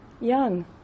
young